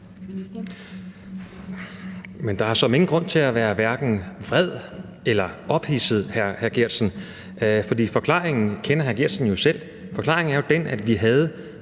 Der er såmænd ingen grund til at være hverken vred eller ophidset, hr. Martin Geertsen, for forklaringen kender hr. Martin Geertsen jo godt selv. Forklaringen er jo den, at vi havde